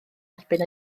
erbyn